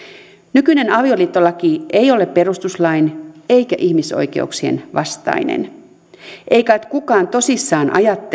nykyinen avioliittolaki ei ole perustuslain eikä ihmisoikeuksien vastainen ei kai kukaan tosissaan ajattele